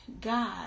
god